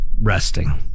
resting